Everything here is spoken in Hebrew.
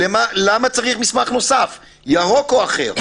למה צריך מסמך נוסף, ירוק או אחר?